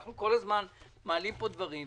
אנחנו כל הזמן מעלים פה דברים,